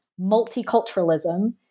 multiculturalism